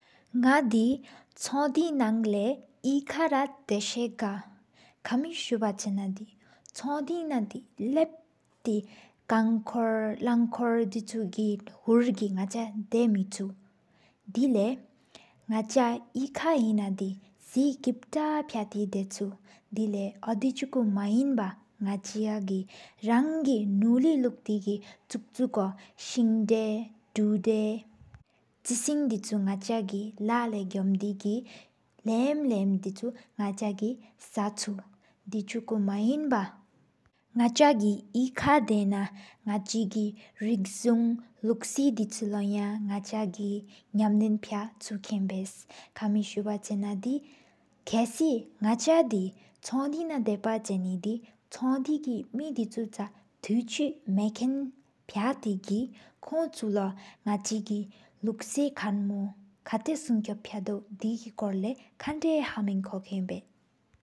ནག་དེ་སྤྱོད་དེ་ལས་ཡེད་ཀྱིས་སུད་ཨག་སོགས་གི་བུ་ཡ་ཐལ་དྲི་བས་སྤྱོད་ཀྱིས་ཡེས་བྱུས་སུང་དྲ཯་བྱང་ཟིང་དྲ། ཀམ་གཉིས་ཧས་སུར་འདེ་ངག་དེ་སྤྱོད་དེ་འདེ་ངག་དེ་སྤྱོད་དེ། ལབ་ལོའི་ཨ་གོ་ང་ཆོང་སྐུར་ལུང་གཙུགཀིའི་རང་སྐུར་སྷི་རུ་རིམ་གཙུགེལ། འཁུར་གི་ནག་ཅ་ཡ་ ༢༠་མེ་དྲ་ཤེས། དེ་སྤོད་ནག་ཅ་ཡེ་ལས་མེ་སྤུས་བྱེད་ཡེད་དེ་ཨིན། སྲེ་སྤྱད་སུད་བྱིད་ཡེད་ནུས་སྤུས་ཤོད་ལས་ཐེ་དེ་སྤུས་སྤོད། དེ་སྤུས་སྟོར་མ་ཨ་ཧར་བུ་རིབ་ནག་ཅ་རྡེ། ནག་ཅི་ཀམ་གི་སྟུན་ལུས་ངུ་ནང་གམ་ཕ་བླ་རཀ་ལས། ཆོག་༢༦་ཨིར་ཟུ་གཟུན་ཤི་སྟེ་ལས་རང་ཡང་ཞིའོ་བྱོར། ནག་ཅ་གི་ལ་ལས་གོ་མེ་ཨག་བོ་ཀ་རང་ཡེ་འགོགེ། ནག་ཅ་གི་ཟ་ང་ས་ཆོག་སྤུས་མ་ཨ་ཧར་བང་རུྣ། གི་ཧསྟ་ཤེས་ཡུལ་ནང་ཅན་རིག་འུ་སུན་ཟུང་བྱས། དགེ་ཆོད་རོ་སྤྱད་ནག་ཅ་གི་སྐར་གཙི་ཨ། སྤུས་ཐོག་འོཡ་ཀམ་གཉིས་ཧཱ་གྱིས་སྤྱད་ལོ། ཁས་འོཝ་ནག་ཅ་རུང་སྤྱོད་འོད་ཐད། དེ་བུར་འོས་འདེ་ཧུ་ནལ་བོད་མ་ཤེས། མཁེན་པེ་འོས་དེ་སྐུར་མུ་འདོ་གླིང་བསྦེ། ནག་ཆི་གི་ལགས་སྐུར་ངར་མུ་མུ་ཁོར་བཏག་ཤོར། ཕིའུ་དོ་མུ་འོས་གིས་ཀར་ལགས་སྒྱུར་ལུ། སྨན་ཁན་འཁེན་འཕེ་འོས།